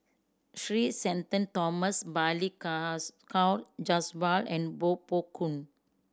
Three Shenton Thomas Balli Kaur Jaswal and Koh Poh Koon